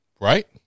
right